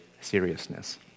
seriousness